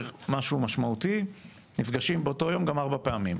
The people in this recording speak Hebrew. משהו משמעותי נפגשים באותו יום גם ארבע פעמים,